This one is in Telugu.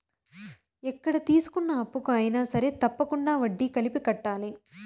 ఎక్కడ తీసుకున్న అప్పుకు అయినా సరే తప్పకుండా వడ్డీ కలిపి కట్టాలి